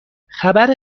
خبر